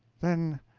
then,